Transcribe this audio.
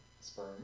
sperm